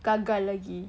gagal lagi